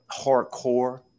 hardcore